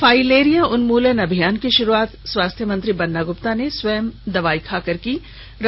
filaria उन्मूलन अभियान की शुरूआत स्वास्थ्य मंत्री बन्ना गुप्ता ने स्वयं दवाई खाकर किया है